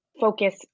focus